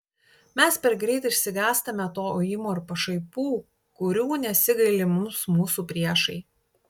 mes per greit išsigąstame to ujimo ir pašaipų kurių nesigaili mums mūsų priešai